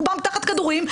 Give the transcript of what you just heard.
רובם תחת כדורים,